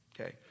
Okay